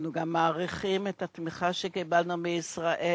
אנו גם מעריכים את התמיכה שקיבלנו מישראל